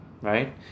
right